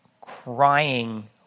crying